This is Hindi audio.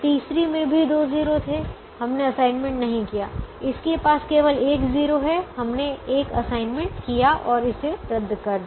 तीसरी में भी दो 0 थे हमने असाइनमेंट नहीं किया इसके पास केवल एक 0 है हमने एक असाइनमेंट किया और इसे रद्द कर दिया